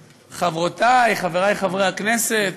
חברותי, חברי חברי הכנסת,